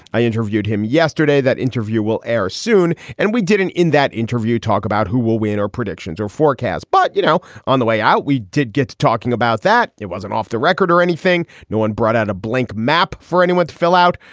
i interviewed him yesterday. that interview will air soon. and we did it in that interview. talk about who will win or predictions or forecasts. but, you know, on the way out, we did get to talking about that. it wasn't off the record or anything. no one brought out a blank map for anyone to fill out.